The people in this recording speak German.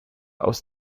aus